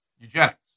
eugenics